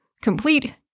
complete